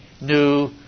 new